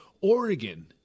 oregon